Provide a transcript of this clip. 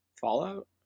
Fallout